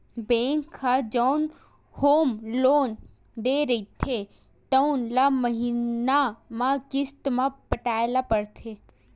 bank ह जउन home loan दे रहिथे तउन ल महिना म किस्त म पटाए ल परथे